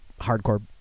hardcore